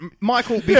Michael